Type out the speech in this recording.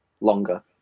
longer